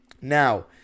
Now